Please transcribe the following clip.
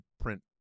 print